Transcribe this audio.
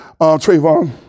Trayvon